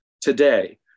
today